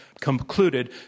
concluded